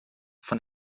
von